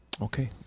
Okay